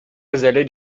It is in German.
geselle